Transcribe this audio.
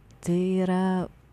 tai yra